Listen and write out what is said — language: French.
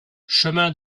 chemin